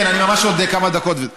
כן, ממש עוד כמה דקות.